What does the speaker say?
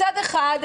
מצד אחד,